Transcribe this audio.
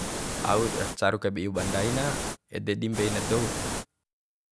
Aura caru kai ba iu ba ndai na ede di mbeina dou